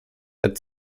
that